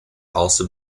also